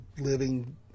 living